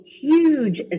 huge